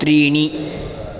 त्रीणि